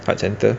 heart centre